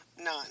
none